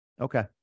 Okay